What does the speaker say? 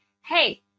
hey